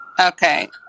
Okay